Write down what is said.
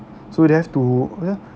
so they have to ya